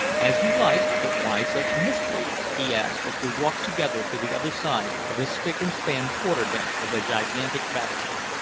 as you like but why such mystery? he asked as we walked together to the other side of the spick-and-span quarter-deck of the gigantic battleship.